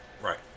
Right